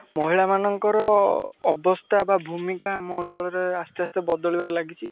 ମହିଳାମାନଙ୍କର ଅବସ୍ଥା ବା ଭୂମିକା ଆମ ଅଞ୍ଚଳରେ ଆସ୍ତେ ଆସ୍ତେ ବଦଳିବାରେ ଲାଗିଛି